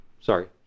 sorry